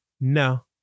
no